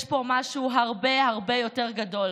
יש פה משהו הרבה הרבה יותר גדול.